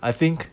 I think